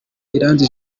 iranzi